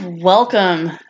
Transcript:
Welcome